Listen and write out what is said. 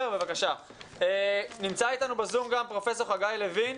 נמצא אתנו ב-זום פרופסור חגי לוין,